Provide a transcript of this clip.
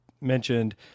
mentioned